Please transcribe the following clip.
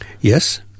Yes